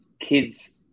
kids